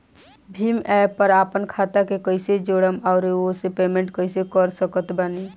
Bhim app पर आपन खाता के कईसे जोड़म आउर ओसे पेमेंट कईसे कर सकत बानी?